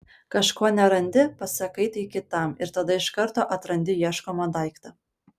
kažko nerandi pasakai tai kitam ir tada iš karto atrandi ieškomą daiktą